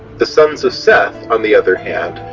the sons of seth, on the other hand,